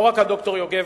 לא רק ד"ר יוגב,